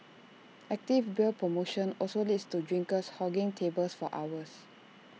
active beer promotion also leads to drinkers hogging tables for hours